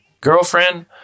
Girlfriend